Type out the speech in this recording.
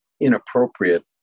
inappropriate